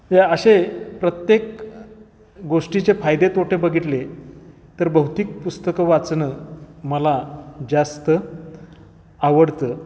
म्हणजे असे प्रत्येक गोष्टीचे फायदे तोटे बघितले तर भौतिक पुस्तकं वाचणं मला जास्त आवडतं